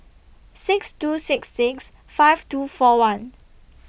six two six six five two four one